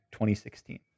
2016